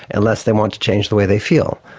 unless they want to change the way they feel.